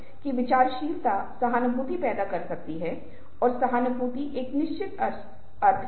इसलिए इन बातों को ध्यान में रखा जाना चाहिए और हमें इनसे अवगत होने की आवश्यकता है